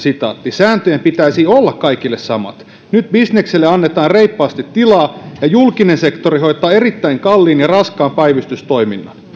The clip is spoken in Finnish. sääntöjen pitäisi olla kaikille samat nyt bisnekselle annetaan reippaasti tilaa ja julkinen sektori hoitaa erittäin kalliin ja raskaan päivystystoiminnan